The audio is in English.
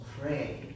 pray